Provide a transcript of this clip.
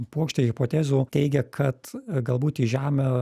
puokštė hipotezų teigia kad galbūt į žemę